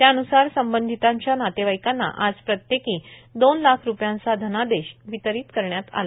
त्यानुसार संबंधितांच्या नातेवाईकांना आज प्रत्येकी दोन लाख रूपयांचा धनादेश वितरित करण्यात आला